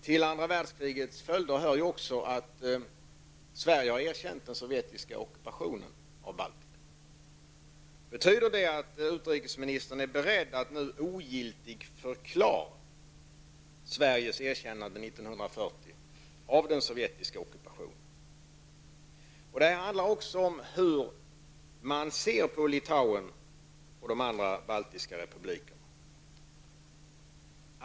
Till andra världskrigets följder hör också att Sverige har erkänt den sovjetiska ockupationen av Baltikum. Betyder det att utrikesministern är beredd att nu ogiltigförklara Sveriges erkännande 1940 av den sovjetiska ockupationen. Det handlar också om hur man ser på Litauen och de andra baltiska republikerna.